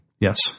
Yes